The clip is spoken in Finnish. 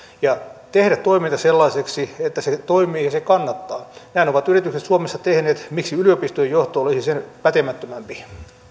ja tehdä toiminta sellaiseksi että se toimii ja se kannattaa näin ovat yritykset suomessa tehneet miksi yliopistojen johto olisi sen pätemättömämpi